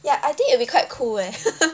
ya I think it'll be quite cool eh